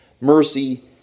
mercy